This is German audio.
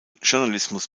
journalismus